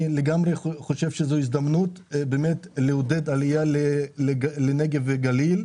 אני לגמרי חושב שזו הזדמנות באמת לעודד עלייה לנגב וגליל,